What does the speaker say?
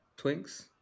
twinks